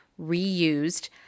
reused